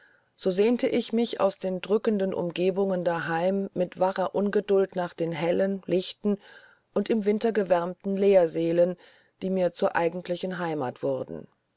so sehnte ich mich aus den drückenden umgebungen daheim mit wahrer ungeduld nach den hellen lichten und im winter gewärmten lehrsälen die mir zur eigentlichen heimath wurden